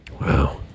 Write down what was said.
Wow